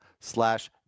slash